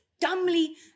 dumbly